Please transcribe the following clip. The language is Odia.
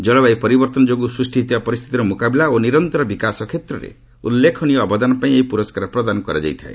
ଜଳବାୟୁ ପରିବର୍ତ୍ତନ ଯୋଗୁଁ ସୃଷ୍ଟି ହୋଇଥିବା ପରିସ୍ଥିତିର ମୁକାବିଲା ଓ ନିରନ୍ତର ବିକାଶ କ୍ଷେତ୍ରରେ ଉଲ୍ଲେଖନୀୟ ଅବଦାନ ପାଇଁ ଏହି ପୁରସ୍କାର ପ୍ରଦାନ କରାଯାଇଥାଏ